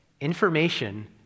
Information